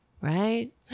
Right